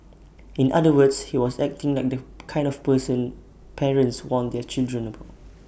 in other words he was acting like the kind of person parents warn their children about